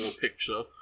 picture